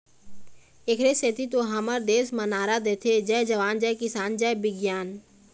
एखरे सेती तो हमर देस म नारा देथे जय जवान, जय किसान, जय बिग्यान